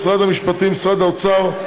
משרד המשפטים ומשרד האוצר,